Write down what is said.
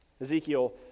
Ezekiel